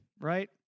right